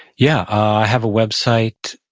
yeah. i have a website,